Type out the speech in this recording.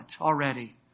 already